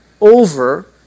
over